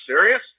serious